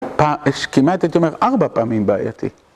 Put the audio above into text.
יש כמעט, הייתי אומר, ארבע פעמים בעייתי.